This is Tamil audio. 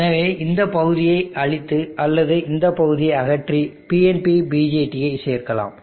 எனவே இந்த பகுதியை அழித்து அல்லது இந்த பகுதியை அகற்றி PNP BJT ஐ சேர்க்கலாம்